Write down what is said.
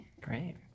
Great